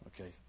Okay